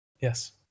Yes